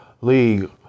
league